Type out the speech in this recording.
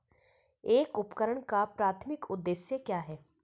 एक उपकरण का प्राथमिक उद्देश्य क्या है?